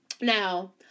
Now